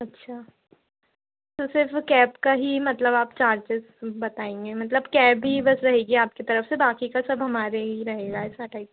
अच्छा तो सिर्फ़ कैब का ही मतलब आप चार्जिस बताएँगे मतलब कैब ही बस रहेगी आपकी तरफ़ से बाकी का सब हमारे ही रहेगा ऐसा टाइप